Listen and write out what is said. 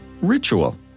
ritual